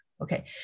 Okay